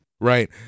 Right